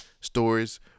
stories